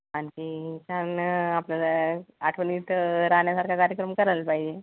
आणखी छान आपल्याला आठवणीत राहण्यासारखा कार्यक्रम करायला पाहिजे